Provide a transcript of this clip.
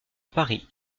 paris